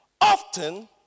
often